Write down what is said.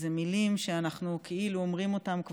אלה מילים שאנחנו כאילו אומרים אותן,